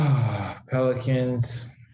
Pelicans